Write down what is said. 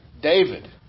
David